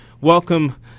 welcome